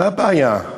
מה הבעיה?